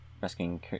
rescuing